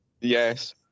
yes